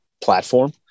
platform